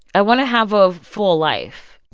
i want to have a full life